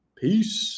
Peace